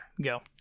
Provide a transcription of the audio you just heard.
go